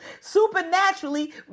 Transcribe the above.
supernaturally